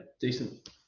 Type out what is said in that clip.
decent